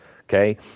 okay